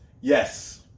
Yes